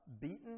beaten